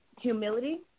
humility